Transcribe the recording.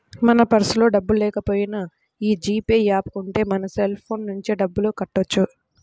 మన పర్సులో డబ్బుల్లేకపోయినా యీ జీ పే యాప్ ఉంటే మన సెల్ ఫోన్ నుంచే డబ్బులు కట్టొచ్చు